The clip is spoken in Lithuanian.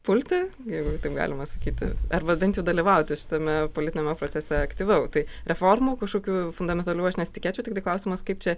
pulti jeigu taip galima sakyti arba bent jau dalyvauti šitame politiniame procese aktyviau tai reformų kažkokių fundamentalių aš nesitikėčiau tiktai klausimas kaip čia